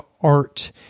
art